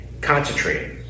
concentrating